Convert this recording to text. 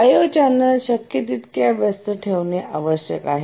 I O channel शक्य तितक्या व्यस्त ठेवणे आवश्यक आहे